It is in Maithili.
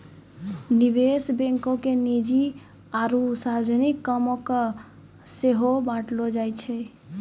निवेश बैंको के निजी आरु सार्वजनिक कामो के सेहो बांटलो जाय छै